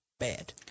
bad